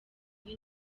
iyo